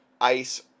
ICE